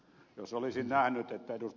jos olisin nähnyt että ed